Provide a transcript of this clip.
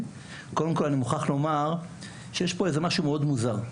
אני מוכרח לומר שיש פה משהו מאוד מוזר.